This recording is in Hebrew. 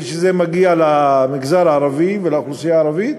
כשזה מגיע למגזר הערבי ולאוכלוסייה הערבית,